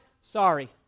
sorry